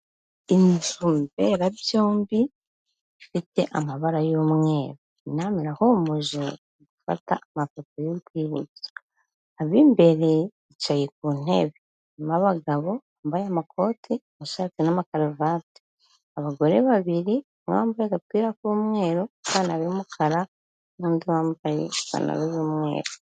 Inzu mberabyombi ifite amabara y'umweru, inama irahumuje barigufata amafoto y'urwibutso. Ab'imbere bicaye ku ntebe, harimo abagabo bambaye amakote, amashati na makaruvati, abagore babiri umwe wambaye agapira k'umweru n'ipantaro y'umukara n'undi wambaye ipantaro y'umweru.